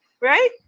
right